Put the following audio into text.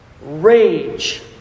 rage